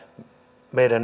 meidän